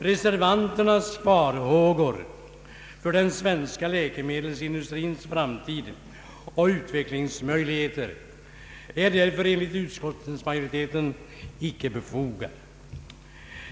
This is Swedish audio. Reservanternas farhågor för den svenska läkemedelsindustrins framtid och utvecklingsmöjligheter är därför enligt utskottsmajoriteten icke befogade.